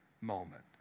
moment